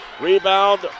Rebound